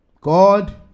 God